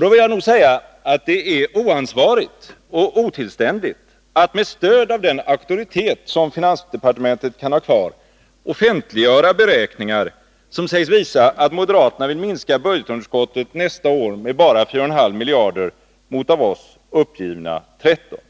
Då vill jag nog säga att det är oansvarigt och otillständigt att med stöd av den auktoritet som finansdepartementet kan ha kvar offentliggöra beräkningar, som sägs visa att moderaterna vill minska budgetunderskottet nästa år med bara 4,5 miljarder mot av oss uppgivna 13 miljarder.